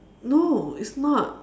no it's not